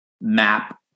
map